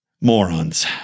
Morons